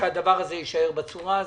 שהדבר הזה יישאר בצורה הזאת.